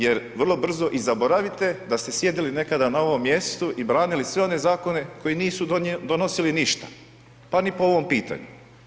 Jer vrlo brzo i zaboravite da ste sjedili nekada na ovome mjestu i branili sve one zakone koji nisu donosili ništa pa ni po ovom pitanju.